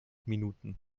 minuten